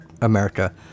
America